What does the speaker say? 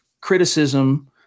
criticism –